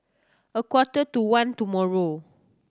a quarter to one tomorrow